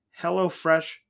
HelloFresh